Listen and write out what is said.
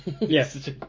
Yes